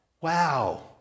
Wow